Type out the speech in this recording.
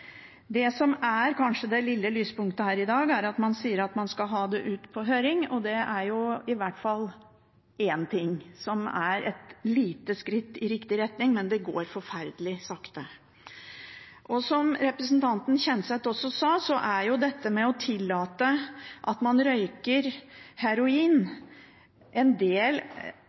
Det som kanskje er det lille lyspunktet i dag, er at man sier at man skal ha det ut på høring, og det er i hvert fall noe og er et lite skritt i riktig retning, men det går forferdelig sakte. Som representanten Kjenseth også sa, burde det å tillate at man røyker heroin på et sprøyterom, være en del